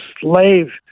slave